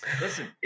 Listen